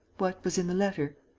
what was in the letter?